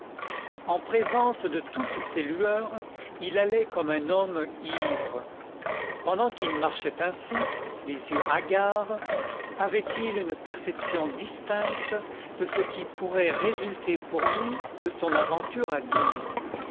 en présence de toutes ces lueurs il allait comme un homme ivre pendant qu'il marchait ainsi les yeux hagards avait-il une perception distincte de ce qui pourrait résulter pour lui de son aventure à digne